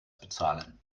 bezahlen